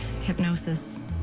hypnosis